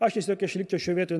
aš tiesiog išlikčiau šioj vietoj